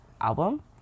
album